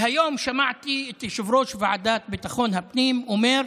והיום שמעתי את יושב-ראש ועדת ביטחון הפנים אומר: